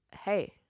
Hey